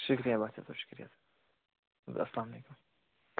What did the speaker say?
شُکریہِ باسِت صٲب شُکریہِ السلام علیکُم